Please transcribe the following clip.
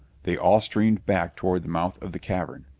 they all streamed back toward the mouth of the cavern.